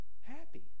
happy